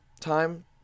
time